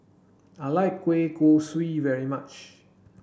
I like Kueh Kosui very much